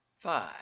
Five